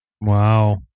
Wow